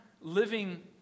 living